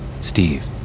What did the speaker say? Steve